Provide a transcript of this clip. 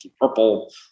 Purple